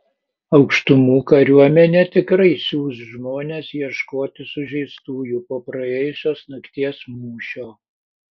aukštumų kariuomenė tikrai siųs žmones ieškoti sužeistųjų po praėjusios nakties mūšio